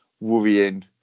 worrying